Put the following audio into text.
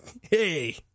hey